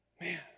Man